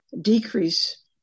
decrease